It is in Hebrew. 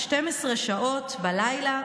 12 שעות בלילה,